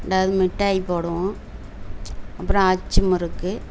ஏதாவது மிட்டாய் போடுவோம் அப்புறம் அச்சு முறுக்கு